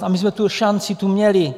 A my jsme tu šanci tu měli.